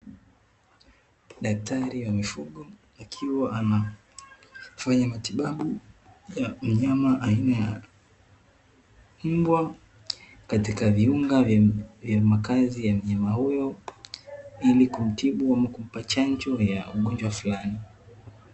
Daktari wa mifugo akiwa anafanya matibabu ya mnyama aina ya mbwa katika viunga vya makazi ya mnyama huyo, ili kumtibu ama kumpa chanjo ya ugonjwa fulani.